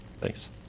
thanks